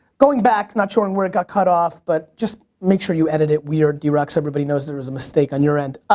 going back not sure and where it got cut off but just make sure you edit it weird drock everybody knows that there was a mistake on your end.